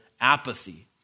apathy